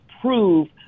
prove